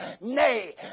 Nay